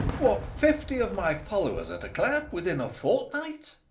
what, fifty of my followers at a clap! within a fortnight!